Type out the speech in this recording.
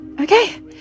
Okay